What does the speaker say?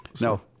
No